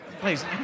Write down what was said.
Please